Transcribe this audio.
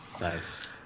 Nice